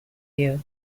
you